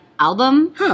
album